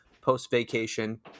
post-vacation